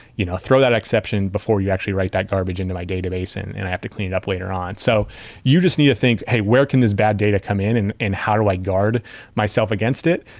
you know throw that exception before you actually write that garbage into my database and i have to clean it up later on. so you just need to think, hey, where can this bad data come in in and how do i guard myself against it?